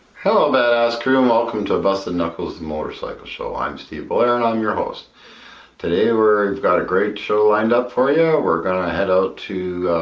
hello badass crew! and welcome to busted knuckles motorcycle show i'm steve belaire and i'm your host today we've got a great show lined up for you we're gonna head out to